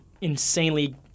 insanely